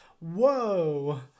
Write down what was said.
Whoa